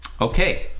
Okay